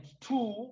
two